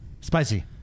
Spicy